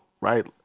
right